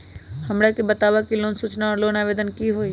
हमरा के बताव कि लोन सूचना और लोन आवेदन की होई?